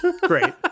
great